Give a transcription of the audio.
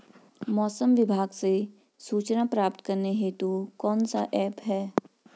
मौसम विभाग से सूचना प्राप्त करने हेतु कौन सा ऐप है?